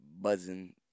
buzzing